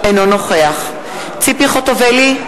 אינו נוכח ציפי חוטובלי,